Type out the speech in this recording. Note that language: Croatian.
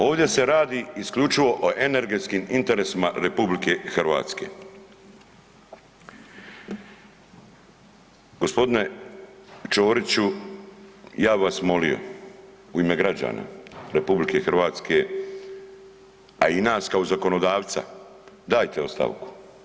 Ovdje se radi isključivo o energetskim interesima RH. g. Ćoriću, ja bi vas molio u ime građana RH, a i nas kao zakonodavca, dajte ostavku.